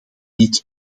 niet